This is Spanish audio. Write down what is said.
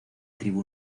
tribu